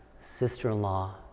sister-in-law